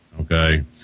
Okay